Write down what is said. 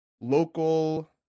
local